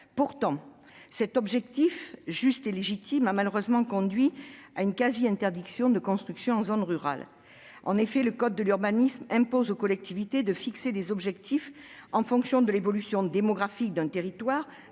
Pourtant, cet objectif, juste et légitime, a malheureusement conduit à une quasi-interdiction des constructions en zone rurale. En effet, le code de l'urbanisme impose aux collectivités de fixer des objectifs en fonction de l'évolution démographique d'un territoire